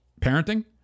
parenting